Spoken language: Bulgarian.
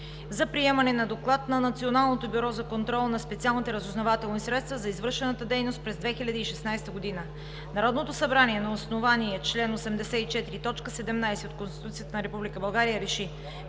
за приемане на доклад на Националното бюро за контрол на специалните разузнавателни средства за извършената дейност през 2016 г. Народното събрание на основание чл. 84, т. 17 от Конституцията на Република